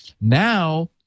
Now